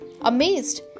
amazed